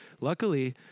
Luckily